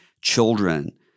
children